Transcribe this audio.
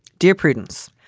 dear prudence,